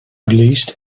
released